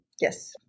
Yes